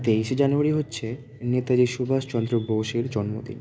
তেইশে জানুয়ারি হচ্ছে নেতাজি সুভাষচন্দ্র বোসের জন্মদিন